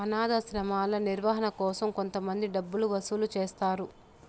అనాధాశ్రమాల నిర్వహణ కోసం కొంతమంది డబ్బులు వసూలు చేస్తారు